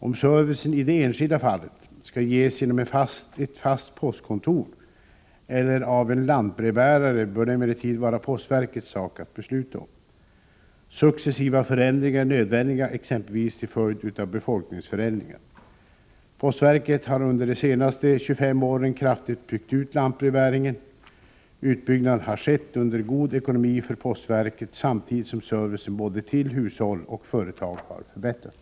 Om servicen i det enskilda fallet skall ges genom ett fast postkontor eller av en lantbrevbärare bör det emellertid vara postverkets sak att besluta om. Successiva förändringar är nödvändiga, exempelvis till följd av befolkningsförändringar. Postverket har under de senaste 25 åren kraftigt byggt ut lantbrevbäringen. Utbyggnaden har skett under god ekonomi för postverket samtidigt som servicen både till hushåll och företag har förbättrats.